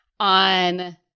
On